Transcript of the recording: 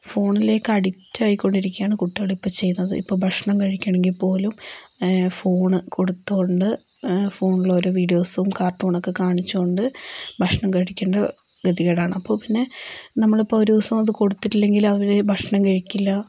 ഫോണിലേയ്ക്ക് addict ആയിക്കൊണ്ടിരിക്കുകയാണ് കുട്ടികളിപ്പോൾ ചെയ്യുന്നത് ഇപ്പോൾ ഭക്ഷണം കഴിക്കണമെങ്കിൽപ്പോലും ഫോൺ കൊടുത്തുകൊണ്ട് ഫോണിൽ ഓരോ വീഡിയോസും കാർട്ടൂണോക്കെ കാണിച്ചുകൊണ്ട് ഭക്ഷണം കഴിക്കേണ്ട ഗതികേടാണ് അപ്പോൾപ്പിന്നെ നമ്മളിപ്പോൾ ഒരു ദിവസം അത് കൊടുത്തിട്ടില്ലെങ്കിൽ അവർ ഭക്ഷണം കഴിക്കില്ല